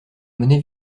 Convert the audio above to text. monnaies